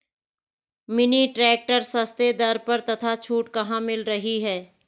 Mini tractor सस्ते दर पर तथा छूट कहाँ मिल रही है?